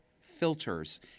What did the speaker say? filters